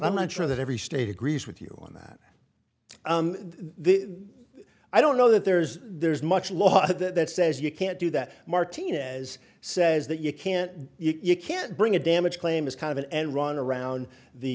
i'm not sure that every state agrees with you on that i don't know that there's there's much lot of that says you can't do that martinez says that you can't you can't bring a damage claim as kind of an end run around the